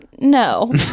No